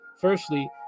Firstly